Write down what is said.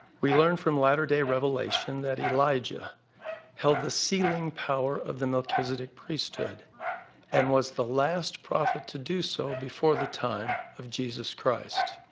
we learn from latter-day revelation that elijah held the sealing power of the melchizedek priesthood and was the last prophet to do so before the time of jesus christ.